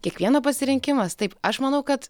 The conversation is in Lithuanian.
kiekvieno pasirinkimas taip aš manau kad